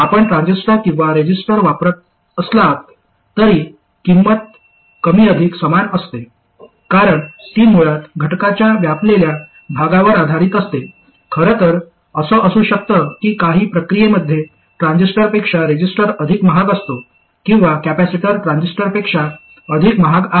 आपण ट्रान्झिस्टर किंवा रेजिस्टर वापरत असलात तरी किंमत कमी अधिक समान असते कारण ती मुळात घटकाच्या व्यापलेल्या भागावर आधारित असते खरं तर असं असू शकतं की काही प्रक्रियेमध्ये ट्रान्झिस्टरपेक्षा रेझिस्टर अधिक महाग असतो किंवा कॅपेसिटर ट्रान्झिस्टरपेक्षा अधिक महाग आहे